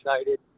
excited